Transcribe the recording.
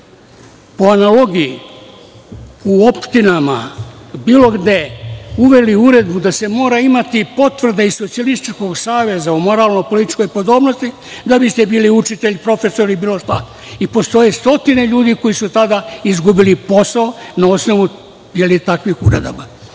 po analogiji, u opštinama, bilo gde, uveli uredbu da se mora imati potvrda iz Socijalističkog saveza o moralno-političkoj podobnosti, da biste bili učitelj, profesor ili bilo šta. Postoje stotine ljudi koji su tada izgubili posao, na osnovu takvih uredaba.O